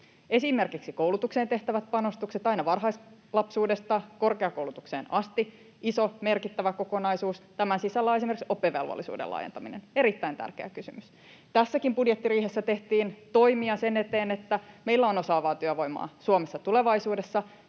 esimerkiksi koulutukseen tehtävät panostukset aina varhaislapsuudesta korkeakoulutukseen asti — iso, merkittävä kokonaisuus. Tämän sisällä on esimerkiksi oppivelvollisuuden laajentaminen, erittäin tärkeä kysymys. Tässäkin budjettiriihessä tehtiin toimia sen eteen, että meillä on osaavaa työvoimaa Suomessa tulevaisuudessa,